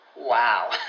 Wow